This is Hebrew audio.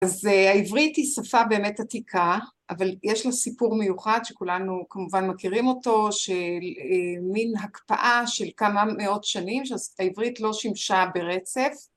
‫אז העברית היא שפה באמת עתיקה, ‫אבל יש לה סיפור מיוחד ‫שכולנו כמובן מכירים אותו, ‫של מין הקפאה של כמה מאות שנים ‫שהעברית לא שימשה ברצף.